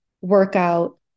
workout